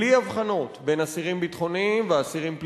בלי הבחנות בין אסירים ביטחוניים ואסירים פליליים,